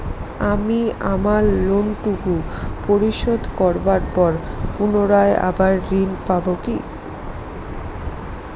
আমি আমার লোন টুকু পরিশোধ করবার পর পুনরায় আবার ঋণ পাবো কি?